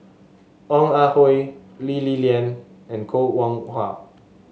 Ong Ah Hoi Lee Li Lian and Koh Nguang How